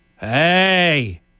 hey